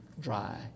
dry